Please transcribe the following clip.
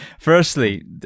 firstly